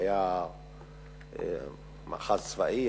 שהיה מאחז צבאי,